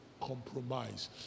compromise